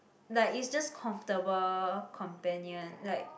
like it's just comfortable companion like